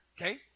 okay